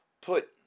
put